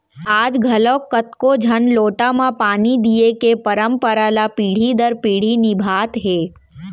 आज घलौक कतको झन लोटा म पानी दिये के परंपरा ल पीढ़ी दर पीढ़ी निभात हें